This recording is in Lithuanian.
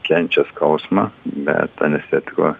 kenčia skausmą bet anestetiko